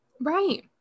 right